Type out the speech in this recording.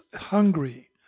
hungry